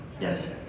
Yes